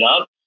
up